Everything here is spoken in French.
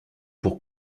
pour